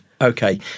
Okay